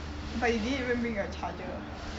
but you didn't even bring your charger